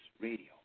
radio